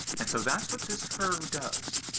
and so, that's what this curve does,